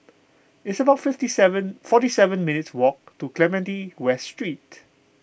it's about fifty seven forty seven minutes' walk to Clementi West Street